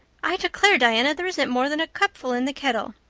i declare, diana, there isn't more than a cupful in the kettle!